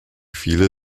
viele